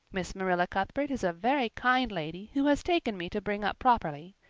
miss marilla cuthbert is a very kind lady who has taken me to bring up properly.